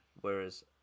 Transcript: whereas